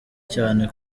cyane